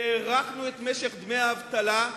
הארכנו את משך דמי האבטלה,